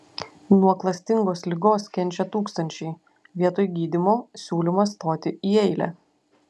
nuo klastingos ligos kenčia tūkstančiai vietoj gydymo siūlymas stoti į eilę